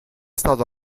stato